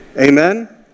Amen